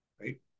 right